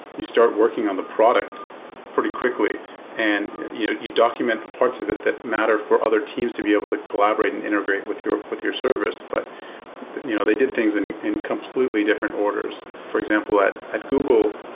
you start working on the product pretty quickly and you document the parts of it that matter for other teams to be able to collaborate and integrate with your with your service. but you know they did things in in completely different orders. for example, at at google,